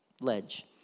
ledge